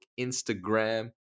instagram